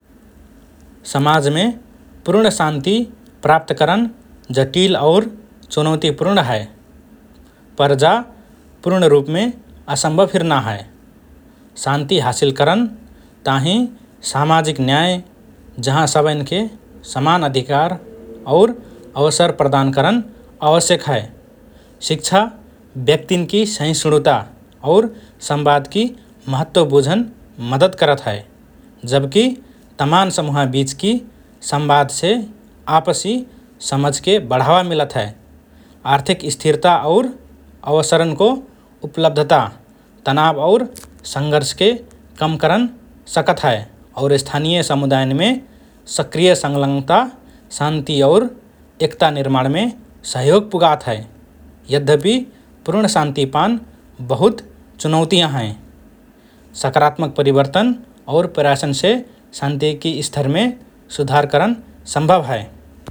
समाजमे पूर्ण शान्ति प्राप्त करन जटिल और चुनौतिपूर्ण हए पर जा पूर्ण रुपमे असंभव फिर ना हए । शान्ति हासिल करन ताहिँ सामाजिक न्याय, जहाँ सबएन्के समान अधिकार और अवसर प्रदान करन आवश्यक हए । शिक्षा व्यक्तिन्कि सहिष्णुता और संवादकि महत्व बुझन मद्दत करत हए, जबकि तमान समुह बीचकि संवादसे आपसी समझके बढावा मिलत हए । आर्थिक स्थिरता और अवसरन्को उपलब्धता तनाव और संघर्षके कम करन सकत हए और स्थानीय समुदायन्मे सक्रिय संलग्नता शान्ति और एकता निर्माणमे सहयोग पुगात हए । यद्यपि पूर्ण शान्ति पान बहुत चुनौति हएँ । सकारात्मक परिवर्तन और प्रयासन्से शान्तिकि स्तरमे सुधार करन सम्भव हए ।